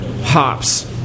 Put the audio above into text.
hops